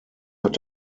hat